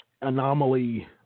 anomaly